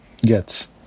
Yes